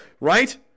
Right